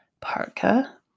parka